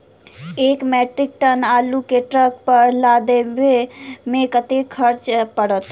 एक metric ton आलु केँ ट्रक पर लदाबै मे कतेक खर्च पड़त?